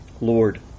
Lord